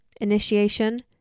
Initiation